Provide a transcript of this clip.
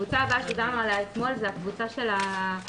הקבוצה הבאה שדנו עליה אתמול זו הקבוצה של הבודדים.